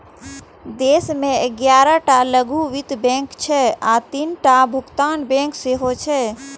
देश मे ग्यारह टा लघु वित्त बैंक छै आ तीनटा भुगतान बैंक सेहो छै